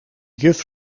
juf